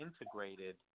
integrated